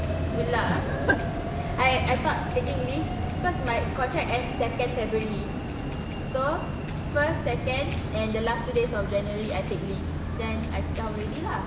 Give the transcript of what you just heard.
good luck ah I I thought taking leave cause my contract end second february so first second and the last two days of january I take leave then I zao already lah